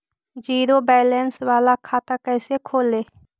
Zero balance बाला खाता कैसे खोले?